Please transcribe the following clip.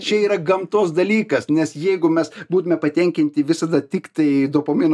čia yra gamtos dalykas nes jeigu mes būtume patenkinti visada tiktai dopamino